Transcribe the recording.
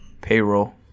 payroll